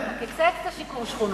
הוא קיצץ את שיקום שכונות.